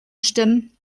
stimmen